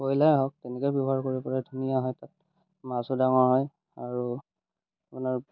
broiler হওক তেনেকৈ ব্যৱহাৰ কৰিবলৈ ধুনীয়া হয় তাত মাছো ডাঙৰ হয় আৰু আপোনাৰ